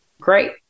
great